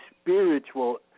spiritual